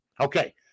Okay